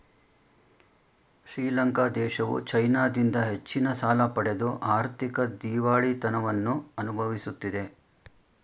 ಶ್ರೀಲಂಕಾ ದೇಶವು ಚೈನಾದಿಂದ ಹೆಚ್ಚಿನ ಸಾಲ ಪಡೆದು ಆರ್ಥಿಕ ದಿವಾಳಿತನವನ್ನು ಅನುಭವಿಸುತ್ತಿದೆ